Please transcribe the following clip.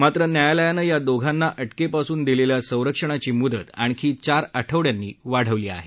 मात्र न्यायालयानं या दोघांना अटकेपासून दिलेल्या संरक्षणाची मुदत आणखी चार आठवड्यांनी वाढवली आहे